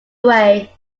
way